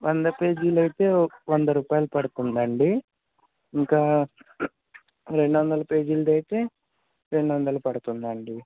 వంద పేజీలు అయితే వంద రూపాయలు పడుతుందండి ఇంకా రెండు వందల పేజీలది అయితే రెండు వందలు పడుతుందండి